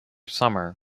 summer